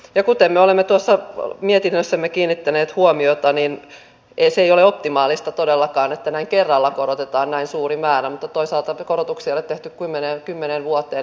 ja kuten me olemme tuossa mietinnössämme kiinnittäneet huomiota niin se ei ole optimaalista todellakaan että näin kerralla korotetaan näin suuri määrä mutta toisaalta korotuksia ei ole tehty kymmeneen vuoteen